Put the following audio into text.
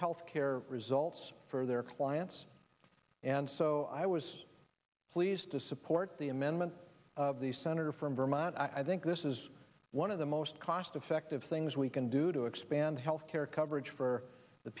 health care results for their clients and so i was pleased to support the amendment of the senator from vermont i think this is one of the most cost effective things we can do to expand health care coverage for the